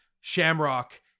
Shamrock